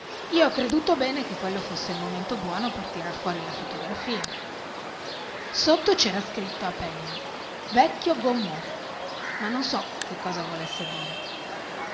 io ho creduto bene che quello fosse il momento buono per tirar fuori la fotografia sotto c'era scritto a penna vecchio gommeux ma non so che cosa volesse dire